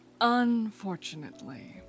Unfortunately